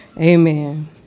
Amen